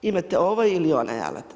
Imate ovaj ili onaj alat.